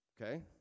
okay